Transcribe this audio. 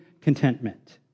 contentment